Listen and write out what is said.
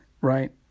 right